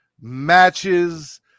matches